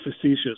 facetious